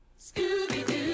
Scooby-Doo